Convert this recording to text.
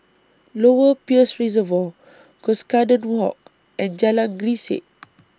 Lower Peirce Reservoir Cuscaden Walk and Jalan Grisek